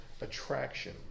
attraction